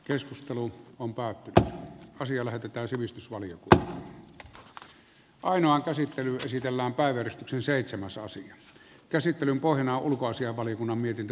keskustelu on päätettävä asia lähetetään sivistysvaliokuntaan ainoan käsittely käsitellään päivystyksen seitsemän soosia käsittelyn pohjana on ulkoasiainvaliokunnan mietintö